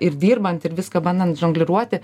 ir dirbant ir viską bandant žongliruoti